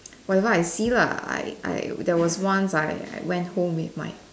whatever I see lah I I there was once I I went home with my